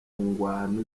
ngwano